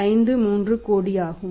53 கோடி ஆகும்